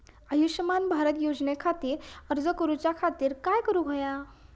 आयुष्यमान भारत योजने खातिर अर्ज करूच्या खातिर काय करुक होया?